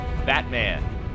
Batman